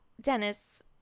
Dennis